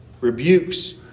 rebukes